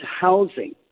housing